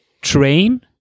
train